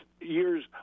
year's